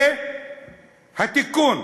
זה התיקון.